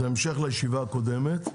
זה המשך לישיבה הקודמת,